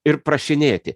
ir prašinėti